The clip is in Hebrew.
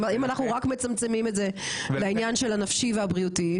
אם אנחנו רק מצמצמים את זה לעניין של הנפשי והבריאותי,